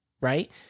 right